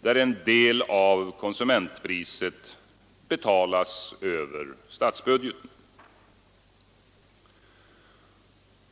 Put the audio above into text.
där en del av konsumentpriset betalas över statsbudgeten.